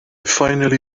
finally